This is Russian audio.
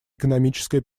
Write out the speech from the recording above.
экономическая